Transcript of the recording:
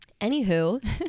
Anywho